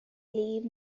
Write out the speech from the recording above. leave